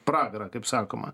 pragarą kaip sakoma